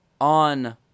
on